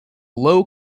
low